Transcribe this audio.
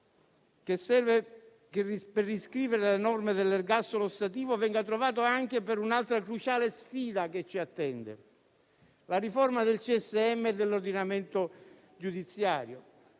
serve per riscrivere le norme sull'ergastolo ostativo venga trovato anche per un'altra cruciale sfida che ci attende: la riforma del CSM e dell'ordinamento giudiziario.